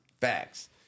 Facts